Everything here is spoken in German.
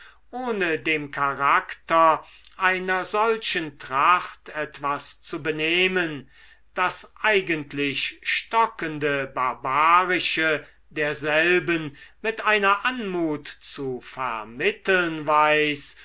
ohne dem charakter einer solchen tracht etwas zu benehmen das eigentlich stockende barbarische derselben mit einer anmut zu vermitteln weiß